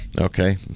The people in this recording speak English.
Okay